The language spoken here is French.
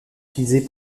utilisée